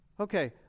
okay